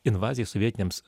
invazijai sovietiniams